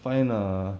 find err